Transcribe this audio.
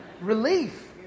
relief